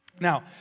Now